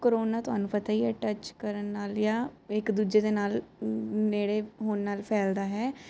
corona ਤੁਹਾਨੂੰ ਪਤਾ ਹੀ ਐ ਟੱਚ ਕਰਨ ਨਾਲ ਯਾ ਇੱਕ ਦੂਜੇ ਦੇ ਨਾਲ ਨੇੜੇ ਹੋਣ ਨਾਲ ਫੈਲਦਾ ਹੈ